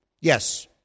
Yes